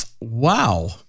Wow